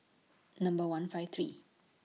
Number one five three